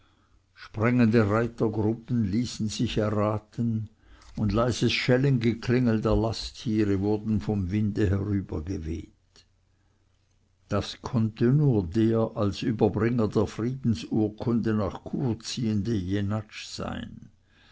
sprengende reitergruppen ließen sich erraten und leises schellengeklingel der lasttiere wurde vom winde herübergeweht das konnte nur der als überbringer der friedensurkunde nach chur ziehende jenatsch sein